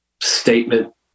statement